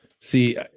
see